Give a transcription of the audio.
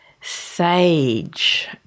Sage